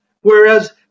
whereas